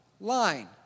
Line